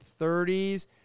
30s